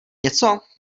něco